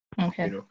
Okay